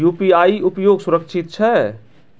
UPI उपयोग सुरक्षित छै?